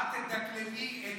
מירי, את תדקלמי את